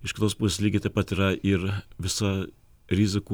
iš kitos pusės lygiai taip pat yra ir visa rizikų